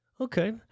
Okay